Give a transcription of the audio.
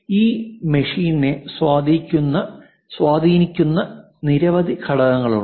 ഈ മെഷീനെ സ്വാധീനിക്കുന്ന നിരവധി ഘടകങ്ങളുണ്ട്